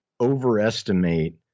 overestimate